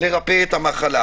לרפא את המחלה.